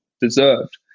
deserved